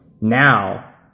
Now